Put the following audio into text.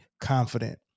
confident